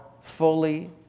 fully